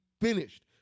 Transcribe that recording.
finished